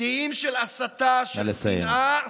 שיאים של הסתה של שנאה.